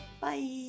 bye